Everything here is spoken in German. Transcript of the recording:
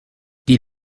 die